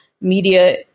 media